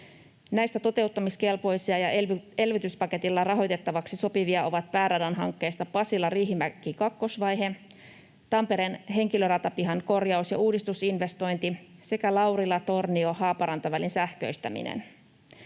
Näistä toteuttamiskelpoisia ja elvytyspaketilla rahoitettavaksi sopivia ovat pääradan hankkeista Pasila—Riihimäki-kakkosvaihe, Tampereen henkilöratapihan korjaus‑ ja uudistusinvestointi sekä Laurila—Tornio—Haaparanta-välin sähköistäminen.